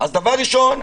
אז דבר ראשון,